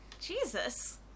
Jesus